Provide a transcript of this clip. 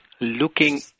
looking